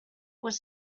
was